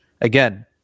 Again